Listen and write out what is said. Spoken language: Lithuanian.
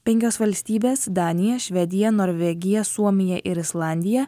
penkios valstybės danija švedija norvegija suomija ir islandija